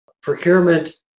procurement